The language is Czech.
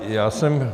Já jsem...